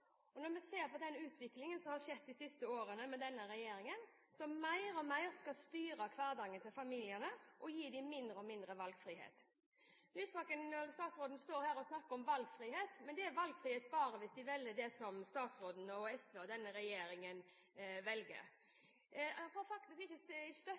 og mer skal styre hverdagen til familiene og gi dem mindre og mindre valgfrihet. Statsråd Lysbakken står her og snakker om valgfrihet, men det er valgfrihet bare hvis de velger det som statsråden – SV – og denne regjeringen velger. Han får faktisk ikke